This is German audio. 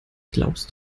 glaubst